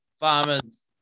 farmers